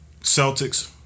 Celtics